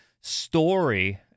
story